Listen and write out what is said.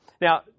Now